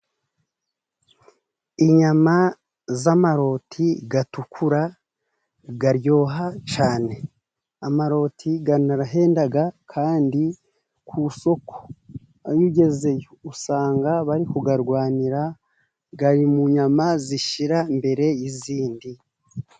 Inyama z'amaroti atukura aryoha cyane. Amaroti aranahenda, kandi ku isoko iyo ugezeyo usanga bari kuyarwanira, ari mu nyama zishira mbere y'izindi.